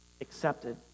accepted